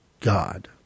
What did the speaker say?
God